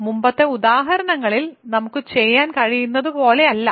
അതിനാൽ മുമ്പത്തെ ഉദാഹരണങ്ങളിൽ നമുക്ക് ചെയ്യാൻ കഴിയുന്നതുപോലെയല്ല